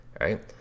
right